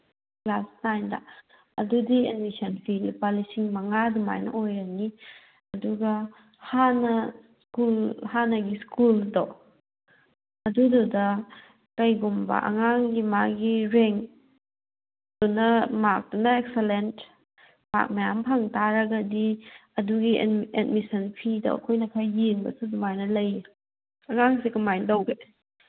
class ꯅꯥꯏꯟꯗ ꯑꯗꯨꯗꯤ admission fee ꯂꯨꯄꯥ ꯂꯤꯁꯤꯡ ꯃꯉꯥ ꯑꯗꯨꯃꯥꯏꯅ ꯑꯣꯏꯔꯅꯤ ꯑꯗꯨꯒ ꯍꯥꯟꯅ ꯍꯥꯟꯅ ꯁ꯭ꯀꯨꯜ ꯍꯥꯟꯅꯒꯤ ꯁ꯭ꯀꯨꯜꯗꯣ ꯑꯗꯨꯗ ꯀꯩꯒꯨꯝꯕ ꯑꯉꯥꯡꯒꯤ ꯃꯥꯒꯤ ꯔꯦꯡꯗꯨꯅ ꯃꯥꯛꯇꯨꯅ ꯑꯦꯛꯁꯂꯦꯟ ꯃꯥꯛ ꯃꯌꯥꯝ ꯐꯪꯇꯥꯔꯒꯗꯤ ꯑꯗꯨꯒꯤ ꯑꯦꯗꯃꯤꯁꯟ ꯐꯤꯗꯣ ꯑꯩꯈꯣꯏꯅ ꯈꯔ ꯌꯦꯡꯕꯁꯨ ꯑꯗꯨꯃꯥꯏꯅ ꯂꯩ ꯑꯉꯥꯡꯁꯦ ꯀꯃꯥꯏꯅ ꯇꯧꯒꯦ